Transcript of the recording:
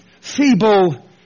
feeble